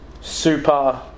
super